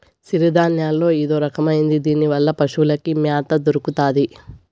సిరుధాన్యాల్లో ఇదొరకమైనది దీనివల్ల పశులకి మ్యాత దొరుకుతాది